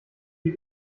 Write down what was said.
die